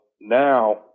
now